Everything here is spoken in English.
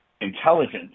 intelligence